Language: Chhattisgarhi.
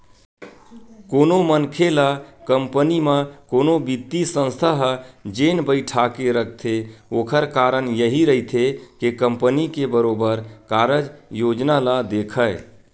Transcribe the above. कोनो मनखे ल कंपनी म कोनो बित्तीय संस्था ह जेन बइठाके रखथे ओखर कारन यहीं रहिथे के कंपनी के बरोबर कारज योजना ल देखय